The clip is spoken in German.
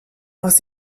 aus